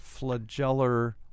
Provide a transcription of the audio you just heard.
flagellar